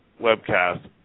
webcast